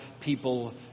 people